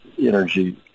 energy